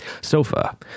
sofa